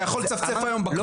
אתה יכול היום לצפצף בכביש?